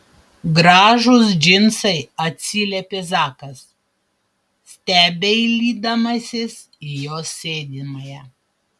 gražūs džinsai atsiliepė zakas stebeilydamasis į jos sėdimąją